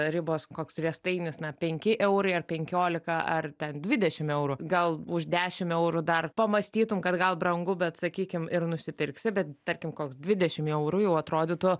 ribos koks riestainis na penki eurai ar penkiolika ar ten dvidešim eurų gal už dešim eurų dar pamąstytum kad gal brangu bet sakykim ir nusipirksi bet tarkim koks dvidešim eurų jau atrodytų